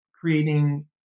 creating